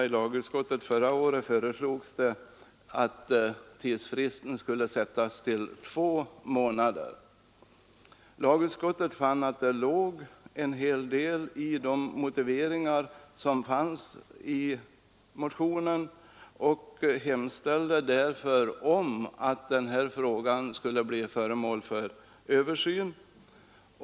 I motionen föreslogs en tidsfrist av två månader. Lagutskottet konstaterade att det låg en hel del i de motiveringar som fanns i motionen och hemställde därför att frågan skulle bli före mål för översyn.